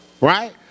right